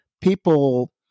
people